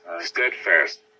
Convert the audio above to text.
steadfast